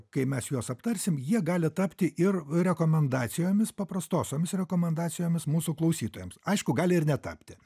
kai mes juos aptarsim jie gali tapti ir rekomendacijomis paprastosiomis rekomendacijomis mūsų klausytojams aišku gali ir netapti